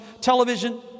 television